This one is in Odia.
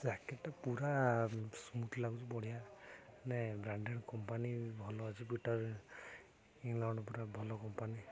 ଜ୍ୟାକେଟ୍ଟା ପୁରା ସ୍ମୁଥ୍ ଲାଗୁଛି ବଢ଼ିଆ ମାନେ ବ୍ରାଣ୍ଡେଡ଼୍ କମ୍ପାନୀ ଭଲ ଅଛି ପିଟର୍ ଇଂଲଣ୍ଡ ପୁରା ଭଲ କମ୍ପାନୀ